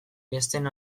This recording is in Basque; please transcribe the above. besteen